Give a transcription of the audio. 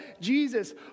Jesus